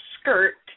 skirt